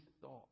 thought